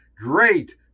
great